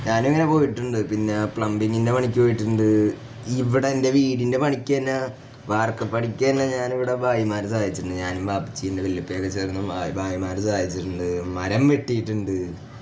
ഞാൻ ഇങ്ങനെ പോയിട്ടുണ്ട് പിന്നെ പ്ലംബിങ്ങിൻ്റെ പണിക്ക് പോയിട്ടുണ്ട് ഇവിടെ എൻ്റെ വീടിൻ്റെ പണിക്ക് തന്നെ വാർക്ക് പണിക്ക് തന്നെ ഞാൻ ഇവിടെ ബായമാർ സഹായിച്ചിട്ടുണ്ട് ഞാനും വാപ്പച്ചീൻ്റെ വല്ലുപ്പയൊക്കെ ചേർന്ന് ഭായമാർ സഹായിച്ചിട്ടുണ്ട് മരം വെട്ടിയിട്ടുണ്ട്